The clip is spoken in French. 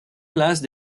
place